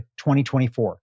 2024